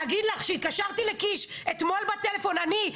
להגיד לך שהתקשרתי לקיש אתמול בטלפון אני,